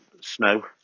snow